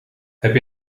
heb